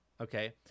Okay